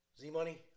Z-Money